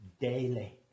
daily